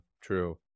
true